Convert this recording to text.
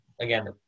again